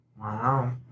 Wow